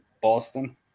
Boston